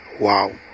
wow